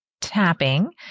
tapping